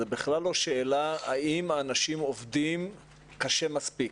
בכלל אין כאן שאלה האם הם עובדים קשה מספיק.